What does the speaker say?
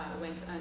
went